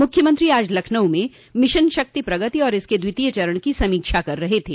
मुख्यमंत्री आज लखनऊ में मिशन शक्ति प्रगति और इसके द्वितीय चरण की समीक्षा कर रहे थे